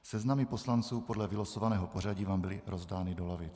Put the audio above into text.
Seznamy poslanců podle vylosovaného pořadí vám byly rozdány do lavic.